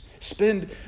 Spend